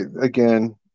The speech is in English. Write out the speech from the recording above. Again